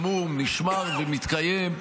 גם הוא נשמר ומתקיים,